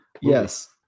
yes